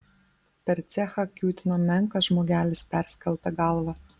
per cechą kiūtino menkas žmogelis perskelta galva